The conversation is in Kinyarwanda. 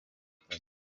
paradizo